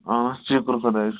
آ شُکُر خُدایَس کُن